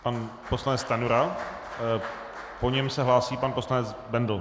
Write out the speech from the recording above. Pan poslanec Stanjura, po něm se hlásí pan poslanec Bendl.